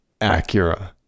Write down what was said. Acura